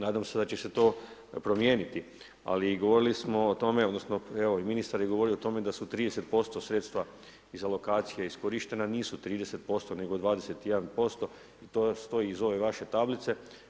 Nadam se da će se to promijeniti, ali govorili smo o tome odnosno evo i ministar je govorio o tome da su 30% sredstva iz alokacije iskorištena, nisu 30%, nego 21% i to još stoji iz ove vaše tablice.